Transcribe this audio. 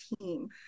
team